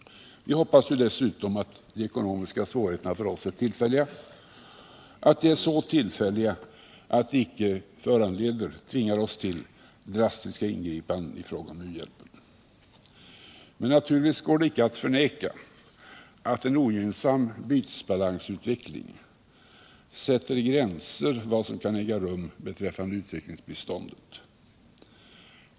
Vi hoppas dessutom att våra ekonomiska svårigheter är tillfälliga, att de är så tillfälliga att de icke tvingar oss till drastiska ingripanden i fråga om uhjälpen. Men det går naturligtvis icke att förneka att en ogynnsam bytesbalansutveckling sätter gränser för vad som kan äga rum beträffande utvecklingsbiståndet.